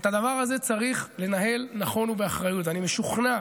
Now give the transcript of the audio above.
את הדבר הזה צריך לנהל נכון ובאחריות, ואני משוכנע